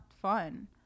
fun